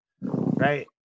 right